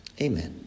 Amen